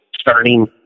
starting